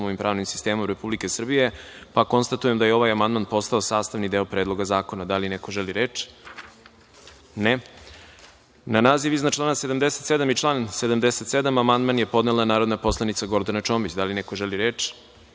i pravnim sistemom Republike Srbije. Konstatujem da je ovaj amandman postao sastavni deo Predloga zakona. Da li neko želi reč? (Ne)Na naziv iznad člana 77. i član 77. amandman je podnela narodna poslanica Gordana Čomić. Da li neko želi reč? Reč